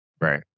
Right